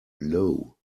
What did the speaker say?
low